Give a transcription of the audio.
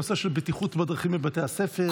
הנושא של בטיחות בדרכים בבתי הספר?